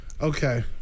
Okay